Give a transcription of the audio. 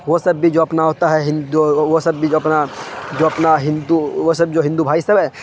وہ سب بھی جو اپنا ہوتا ہے ہندو وہ سب بھی جو اپنا جو اپنا ہندو وہ سب جو ہندو بھائی سب ہے